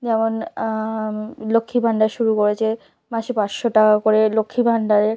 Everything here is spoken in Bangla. যেমন লক্ষ্মীর ভান্ডার শুরু করেছে মাসে পাঁচশো টাকা করে লক্ষ্মী ভান্ডারে